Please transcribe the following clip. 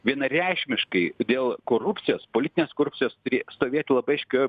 vienareikšmiškai dėl korupcijos politinės korupcijos turi stovėti labai aiškioj